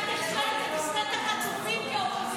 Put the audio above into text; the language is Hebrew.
מלינובסקי, את הכשלת את עסקת החטופים כאופוזיציה.